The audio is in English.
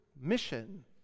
mission